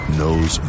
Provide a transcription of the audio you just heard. knows